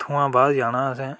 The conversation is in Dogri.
उत्थुआं बाद जाना असें